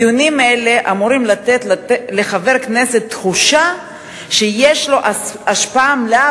דיונים אלה אמורים לתת לחבר כנסת תחושה שיש לו השפעה מלאה,